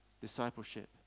discipleship